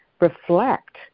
reflect